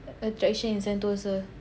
attraction in Sentosa